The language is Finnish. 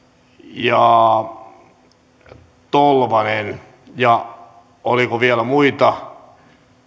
ja tolvanen oliko vielä muita